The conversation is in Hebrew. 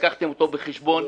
לקחתם אותו בחשבון.